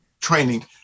training